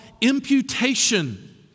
imputation